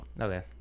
Okay